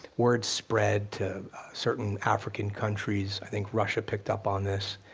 word spread to certain african countries. i think russia picked up on this.